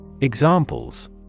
Examples